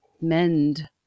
mend